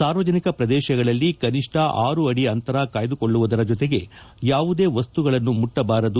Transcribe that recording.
ಸಾರ್ವಜನಿಕ ಪ್ರದೇಶಗಳಲ್ಲಿ ಕನಿಷ್ಠ ಆರು ಅದಿ ಅಂತರ ಕಾಯ್ದುಕೊಳ್ಳುವ ಜೊತೆಗೆ ಯಾವುದೇ ವಸ್ತುಗಳನ್ನು ಮುಟ್ವಬಾರದು